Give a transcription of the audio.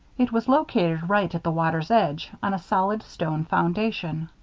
it was located right at the water's edge, on a solid stone foundation.